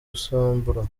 gusambura